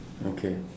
okay